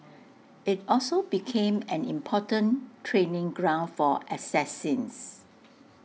IT also became an important training ground for assassins